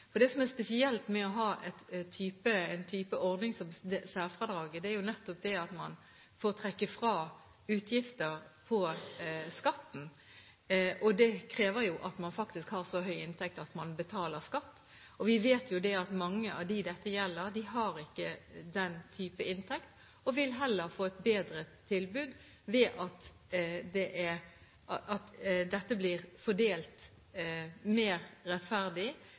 Det som er spesielt med å ha en type ordning som særfradraget, er nettopp at man får trekke fra utgifter på skatten. Det krever at man faktisk har så høy inntekt at man betaler skatt. Vi vet at mange av dem dette gjelder, ikke har den type inntekt, og vil heller få et bedre tilbud ved at dette blir fordelt mer rettferdig på alle. Derfor er det slik at